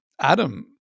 Adam